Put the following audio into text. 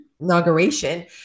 Inauguration